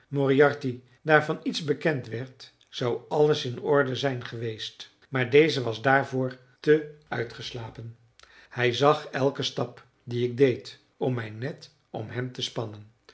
moriarty daarvan iets bekend werd zou alles in orde zijn geweest maar deze was daarvoor te uitgeslapen hij zag elken stap dien ik deed om mijn net om hem te spannen